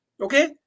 Okay